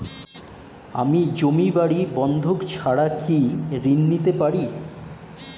আমি জমি বাড়ি বন্ধক ছাড়া কি ঋণ পেতে পারি?